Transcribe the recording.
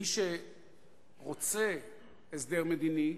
שמי שרוצה הסדר מדיני,